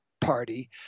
party